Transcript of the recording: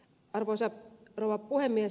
arvoisa rouva puhemies